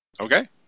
Okay